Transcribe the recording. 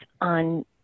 on